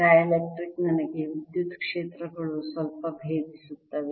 dielectric ನಮಗೆ ವಿದ್ಯುತ್ ಕ್ಷೇತ್ರಗಳು ಸ್ವಲ್ಪ ಭೇದಿಸುತ್ತವೆ